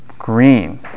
green